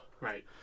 Right